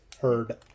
heard